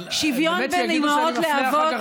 אבל אחר כך יגידו שאני מפלה ג'ינג'ים.